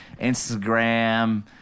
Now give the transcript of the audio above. Instagram